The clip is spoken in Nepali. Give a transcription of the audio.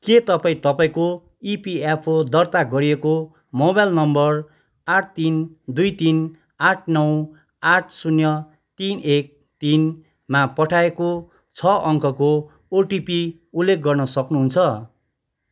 के तपाईँँ तपाईँँको इपिएफओ दर्ता गरिएको मोबाइल नम्बर आठ तिन दुई तिन आठ नौ आठ शून्य तिन एक तिनमा पठाइएको छ अङ्कको ओटिपी उल्लेख गर्न सक्नुहुन्छ